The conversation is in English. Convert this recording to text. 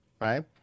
right